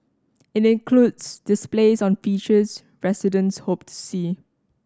it includes displays on features residents hope to see